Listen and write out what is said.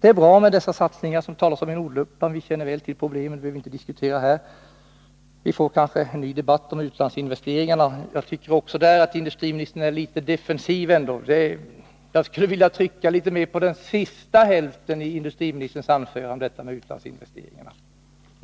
Det är bra med satsningarna i Norduppland. Vi känner väl till problemen. De behöver inte diskuteras här i dag. Vi får kanske en debatt om utlandsinvesteringar. Jag tycker emellertid att industriministern verkar litet defensiv. Jag skulle vilja trycka litet mer på den sista hälften av hans anförande som gällde utlandsinvesteringarna.